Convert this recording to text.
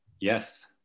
yes